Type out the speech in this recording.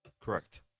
correct